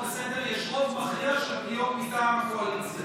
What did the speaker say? לסדר-היום יש רוב מכריע של פניות מטעם הקואליציה.